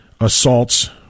assaults